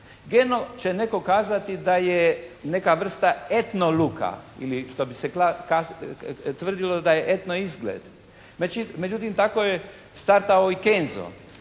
«Geno» će netko kazati da je neka vrsta etno look-a ili što bi se tvrdilo da je etno izgled. Međutim tako je startao i «Kenzo».